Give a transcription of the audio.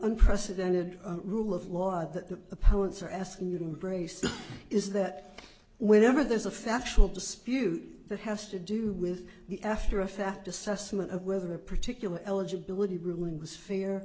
unprecedented rule of law that the opponents are asking you to embrace is that whenever there's a factual dispute that has to do with the after of fact assessment of whether a particular eligibility ruling was fair